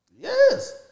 Yes